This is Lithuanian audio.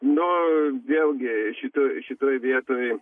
nu vėlgi šitoj šitoj vietoj